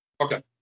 okay